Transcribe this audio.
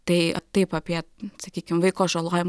tai taip apie sakykim vaiko žalojimą